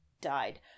died